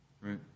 Right